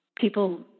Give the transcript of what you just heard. people